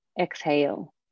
Exhale